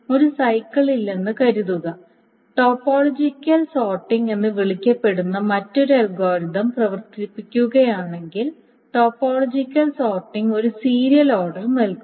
ഒരു സൈക്കിൾ ഇല്ലെന്ന് കരുതുക ടോപ്പോളജിക്കൽ സോർട്ടിംഗ് എന്ന് വിളിക്കപ്പെടുന്ന മറ്റൊരു അൽഗോരിതം പ്രവർത്തിപ്പിക്കുകയാണെങ്കിൽ ടോപ്പോളജിക്കൽ സോർട്ടിംഗ് ഒരു സീരിയൽ ഓർഡർ നൽകും